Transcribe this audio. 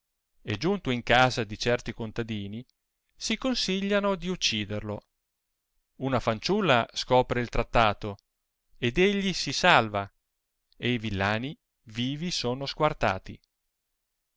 e giunto in casa di certi contadini si consigliano di ucciderlo una fanciulla scopre il trattato ed egli si salva e i villani vivi sono squartati